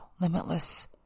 limitless